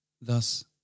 Thus